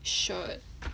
short